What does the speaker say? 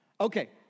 Okay